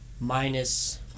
minus